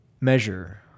measure